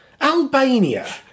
Albania